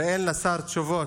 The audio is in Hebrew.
ואין לשר תשובות.